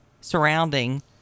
surrounding